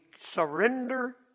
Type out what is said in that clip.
surrender